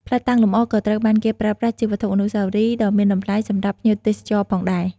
ផ្លិតតាំងលម្អក៏ត្រូវបានគេប្រើប្រាស់ជា វត្ថុអនុស្សាវរីយ៍ ដ៏មានតម្លៃសម្រាប់ភ្ញៀវទេសចរណ៍ផងដែរ។